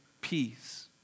peace